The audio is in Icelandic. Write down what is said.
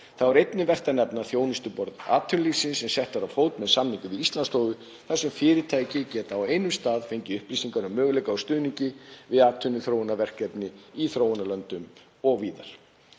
Þá er einnig vert að nefna þjónustuborð atvinnulífsins sem sett var á fót með samningi við Íslandsstofu þar sem fyrirtæki geti á einum stað fengið upplýsingar um möguleika á stuðningi við atvinnuþróunarverkefni í þróunarlöndum og víðar.